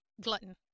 glutton